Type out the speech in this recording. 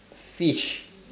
fish